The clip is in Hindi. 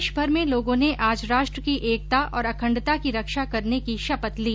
देशमर में लोगों आज राष्ट्र की एकता और अखंडता की रक्षा करने की शपथ ली